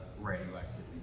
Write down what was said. radioactivity